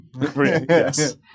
Yes